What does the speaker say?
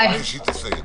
אחרי שהיא תסיים.